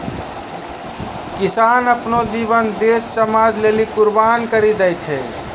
किसान आपनो जीवन देस समाज लेलि कुर्बान करि देने छै